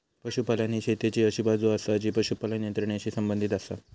पशुपालन ही शेतीची अशी बाजू आसा जी पशुपालन यंत्रणेशी संबंधित आसा